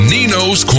Nino's